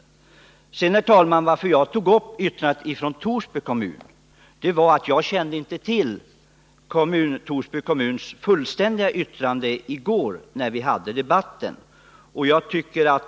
Anledningen till att jag i dag tog upp yttrandet från Torsby kommun var att jag inte kände till Torsby kommuns fullständiga yttrande i går när vi förde den debatten.